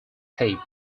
tape